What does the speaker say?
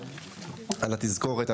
על התזכורת.